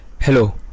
Hello